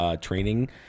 training